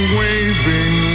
waving